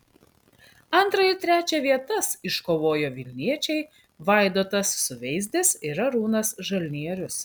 antrą ir trečią vietas iškovojo vilniečiai vaidotas suveizdis ir arūnas žalnierius